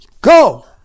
go